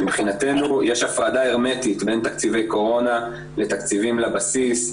מבחינתנו יש הפרדה הרמטית בין תקציבי קורונה לתקציבים לבסיס,